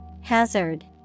Hazard